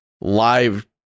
live